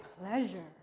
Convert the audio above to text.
pleasure